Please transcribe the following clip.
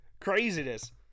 Craziness